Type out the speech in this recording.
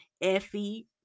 Effie